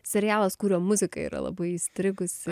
serialas kurio muzika yra labai įstrigusi